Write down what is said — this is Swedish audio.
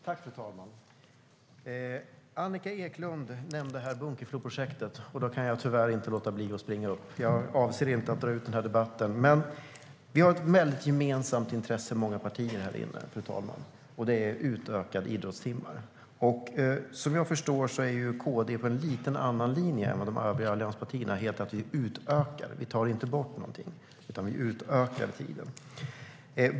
Fru talman! Annika Eclund nämnde Bunkefloprojektet, och då kunde jag tyvärr inte låta bli att springa upp till talarstolen. Jag avser inte att dra ut på debatten. Men vi har ett stort gemensamt intresse, många partier här inne, fru talman. Det är utökade idrottstimmar. Som jag förstår det har KD en lite annorlunda linje än de övriga allianspartierna. Man vill utöka; man vill inte ta bort någonting. Man utökar tiden.